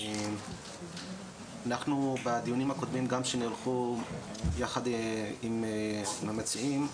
גם בדיונים הקודמים, שנערכו יחד עם המציעים,